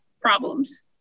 problems